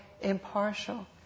impartial